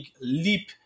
leap